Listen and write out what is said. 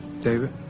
David